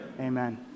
Amen